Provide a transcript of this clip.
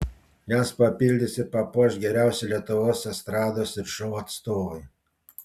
jas papildys ir papuoš geriausi lietuvos estrados ir šou atstovai